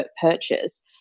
purchase